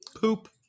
poop